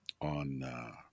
on